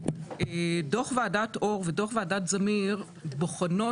דוח ועדת אור ודוח ועדת זמיר בוחנות,